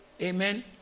Amen